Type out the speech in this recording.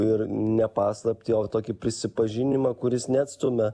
ir ne paslaptį o tokį prisipažinimą kuris neatstumia